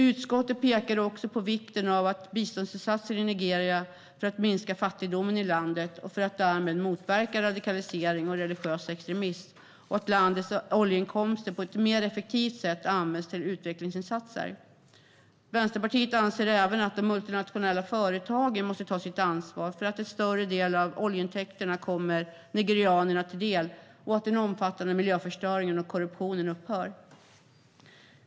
Utskottet pekar också på vikten av biståndsinsatser i Nigeria för att minska fattigdomen i landet och därmed motverka radikalisering och religiös extremism och för att se till att landets oljeinkomster på ett mer effektivt sätt används till utvecklingsinsatser. Vänsterpartiet anser även att de multinationella företagen måste ta sitt ansvar för att en större del av oljeintäkterna kommer nigerianerna till del och den omfattande miljöförstöringen och korruptionen upphör.